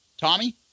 Tommy